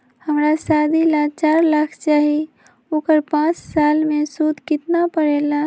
हमरा शादी ला चार लाख चाहि उकर पाँच साल मे सूद कितना परेला?